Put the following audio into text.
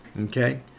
Okay